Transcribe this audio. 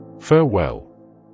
Farewell